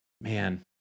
man